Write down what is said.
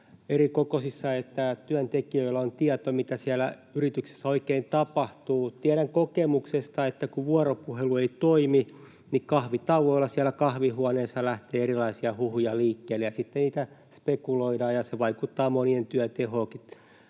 erikokoisissa, että työntekijöillä on tieto, mitä siellä yrityksessä oikein tapahtuu. Tiedän kokemuksesta, että kun vuoropuhelu ei toimi, niin kahvitauoilla siellä kahvihuoneessa lähtee erilaisia huhuja liikkeelle. Sitten niitä spekuloidaan, ja se vaikuttaa monien työtehoonkin,